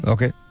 Okay